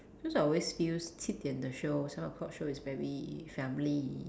just I always feels 七点的 show seven o-clock show is very family